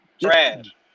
trash